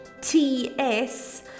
TS